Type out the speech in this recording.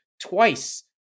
twice